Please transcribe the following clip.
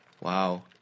Wow